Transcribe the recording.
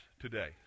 today